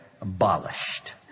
abolished